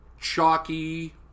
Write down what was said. Chalky